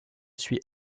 suit